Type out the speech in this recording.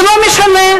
ולא משנה,